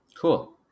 Cool